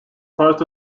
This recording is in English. part